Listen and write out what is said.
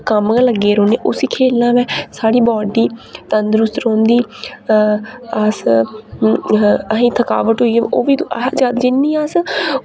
कम्म गै लग्गे रौंह्न्ने उस्सी खेलना होऐ साढ़ी बाड्डी तंदरुस्त रौंह्दी दी अस असें थकावट होइयै ओह् बी अस जिन्नी अस